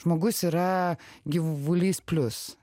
žmogus yra gyvulys plius